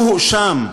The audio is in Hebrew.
הוא הואשם,